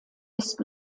ist